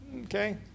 okay